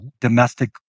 domestic